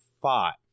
five